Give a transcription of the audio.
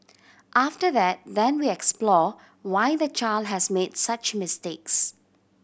after that then we explore why the child has made such mistakes